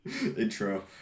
intro